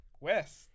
West